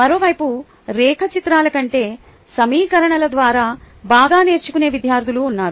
మరోవైపు రేఖాచిత్రాల కంటే సమీకరణాల ద్వారా బాగా నేర్చుకునే విద్యార్థులు ఉన్నారు